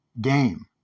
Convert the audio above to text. game